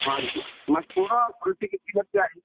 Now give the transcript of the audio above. ہاں جی مزکورہ کلفی کی قیمت کیا ہے